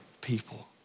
people